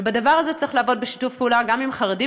ובדבר הזה צריך לעבוד בשיתוף פעולה גם עם חרדים